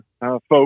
folks